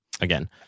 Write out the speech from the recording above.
again